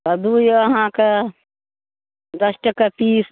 कद्दू यए अहाँके दस टके पीस